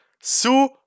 Su